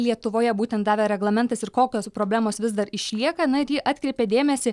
lietuvoje būtent davė reglamentas ir kokios problemos vis dar išlieka na ir ji atkreipė dėmesį